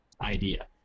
idea